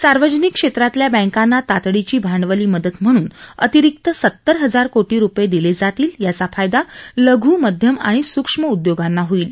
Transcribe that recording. सार्वजनिक क्षेत्रातल्या बँकांना तातडीची भांडवली मदत म्हणून अतिरिक्त सत्तर हजार कोटी रुपये दिले जातील याचा फायदा लघू मध्यम आणि सुक्ष्म उद्योगद्यांना होईल